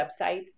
websites